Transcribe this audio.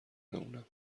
بمونم